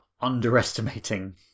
underestimating